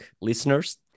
listeners